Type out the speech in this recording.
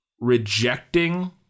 rejecting